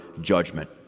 judgment